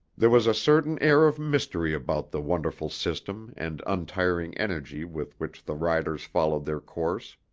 there was a certain air of mystery about the wonderful system and untiring energy with which the riders followed their course.